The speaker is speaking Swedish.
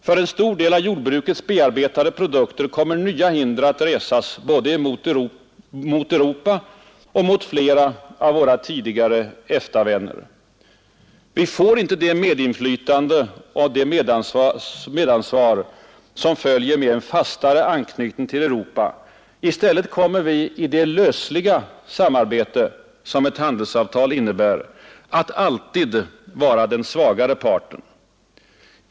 För en stor del av dess bearbetade produkter kommer nya hinder att resas emot både Europa och flera av våra tidigare EFTA-vänner. Vi får inte det medinflytande och medansvar som följer med en fastare anknytning till Europa. I ställer kommer vi i det lösliga samarbete, som ett handelsavtal innebär, att alltid vara den svagare parten.